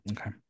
okay